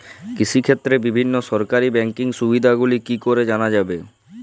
কৃষিক্ষেত্রে বিভিন্ন সরকারি ব্যকিং সুবিধাগুলি কি করে জানা যাবে?